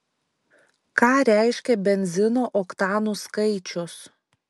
ką reiškia benzino oktanų skaičius